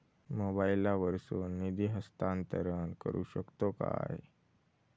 मोबाईला वर्सून निधी हस्तांतरण करू शकतो काय?